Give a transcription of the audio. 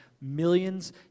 millions